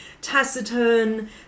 taciturn